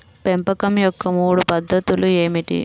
పెంపకం యొక్క మూడు పద్ధతులు ఏమిటీ?